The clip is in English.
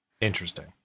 Interesting